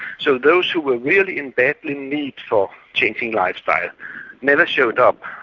so those who were really in badly need for changing lifestyle never showed up.